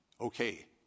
Okay